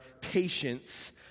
patience